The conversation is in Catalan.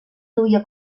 duia